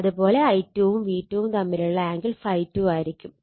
അത് പോലെ I2 വും V2 വും തമ്മിലുള്ള ആംഗിൾ ∅2 ആയിരിക്കും